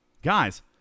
Guys